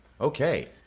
Okay